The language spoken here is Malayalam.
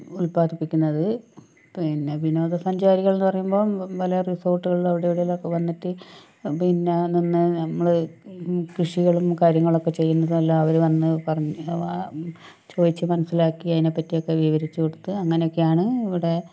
ഉൽപാദിപ്പിക്കുന്നത് പിന്നെ വിനോദ സഞ്ചാരികളെന്ന് പറയുമ്പോൾ വല്ല റിസോർട്ടുകളിലോ അവിടെ എവിടെയെങ്കിലുമൊക്കെ വന്നിട്ട് പിന്നെ നിന്ന് ഞമ്മള് കൃഷികളും കാര്യങ്ങളും ഒക്കെ ചെയ്യുന്നിടത്തെല്ലാം അവര് വന്ന് പറഞ്ഞ് ആ ചോദിച്ച് മനസ്സിലാക്കി അതിനെ പറ്റിയൊക്കെ വിവരിച്ച് കൊടുത്ത് അങ്ങനെയൊക്കെയാണ് ഇവിടെ